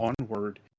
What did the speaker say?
onward